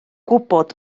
gwybod